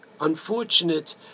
unfortunate